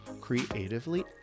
creatively